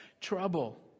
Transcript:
trouble